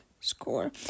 score